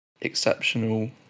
exceptional